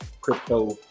crypto